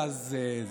ואז זה.